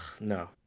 no